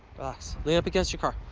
relax. lean up against your car.